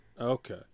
Okay